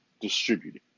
distributed